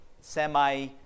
semi